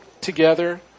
together